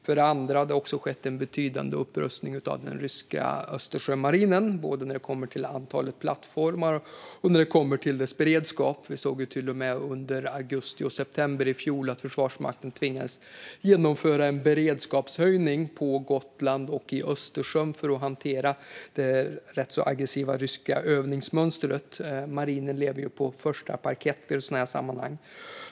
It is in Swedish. För det andra har det skett en betydande upprustning av den ryska Östersjömarinen, både när det kommer till antalet plattformar och när det kommer till dess beredskap. Vi såg till och med under augusti och september i fjol att Försvarsmakten tvingades genomföra en beredskapshöjning på Gotland och i Östersjön för att hantera det rätt aggressiva ryska övningsmönstret. Marinen lever ju på första parkett i sådana här sammanhang.